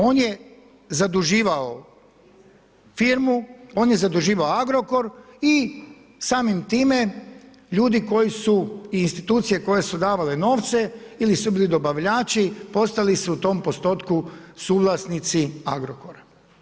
On je zaduživao firmu, on je zaduživao Agrokor i samim time ljudi koji su i institucije koje su davale novce ili su bili dobavljači postali su u tom postotku suvlasnici Agrokora.